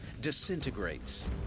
disintegrates